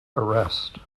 arrest